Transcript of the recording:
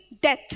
death